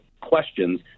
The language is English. questions